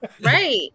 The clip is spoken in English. right